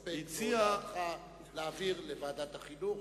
להסתפק בהודעתך, להעביר לוועדת החינוך